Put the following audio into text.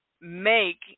make